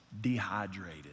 dehydrated